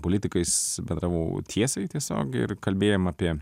politikais bendravau tiesiai tiesiog ir kalbėjom apie